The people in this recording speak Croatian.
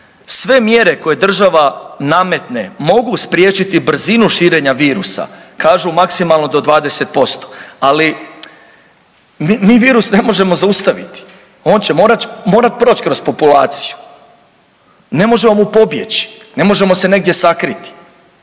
Sve mjere koje država nametne mogu spriječiti brzinu širenja virusa, kažu maksimalno do 20%, ali mi virus ne možemo zaustaviti, on će morat proć kroz populaciju, ne možemo mu pobjeći, ne možemo se negdje sakriti,